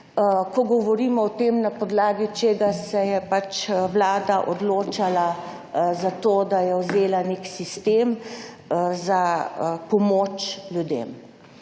ko govorimo o tem, na podlagi česa se je pač vlada odločala za to, da je vzela nek sistem za pomoč ljudem.